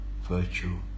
virtue